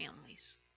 families